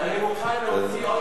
אני מוכן להוציא עוד,